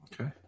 Okay